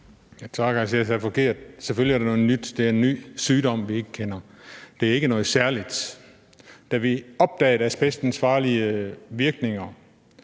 Jeg sagde noget forkert. Selvfølgelig er det noget nyt, det er en ny sygdom, vi ikke kender. Det er ikke noget særligt. Da vi opdagede asbestens farlige virkninger,